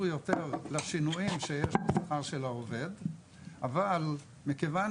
יותר לשינויים שיש בשכר של עובד המדינה אבל מכיוון